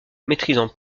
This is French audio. maîtrisant